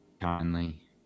kindly